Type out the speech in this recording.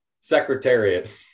secretariat